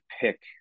pick